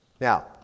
Now